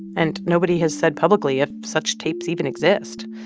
and nobody has said publicly if such tapes even exist.